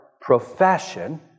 profession